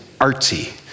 artsy